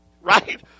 Right